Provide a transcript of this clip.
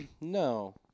no